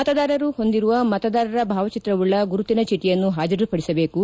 ಮತದಾರರು ಅವರು ಹೊಂದಿರುವ ಮತದಾರರ ಭಾವಚಿತ್ರವುಳ್ಳ ಗುರುತಿನ ಚೀಟಿಯನ್ನು ಹಾಜರುಪಡಿಸಬೇಕು